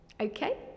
Okay